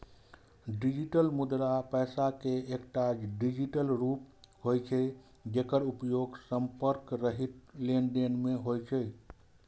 digital मुद्रा पैसा के एकटा डिजिटल रूप होइ छै, जेकर उपयोग संपर्क रहित लेनदेन मे होइ छै